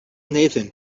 nathan